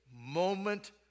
moment